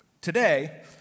Today